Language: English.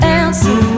answer